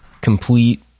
Complete